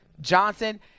Johnson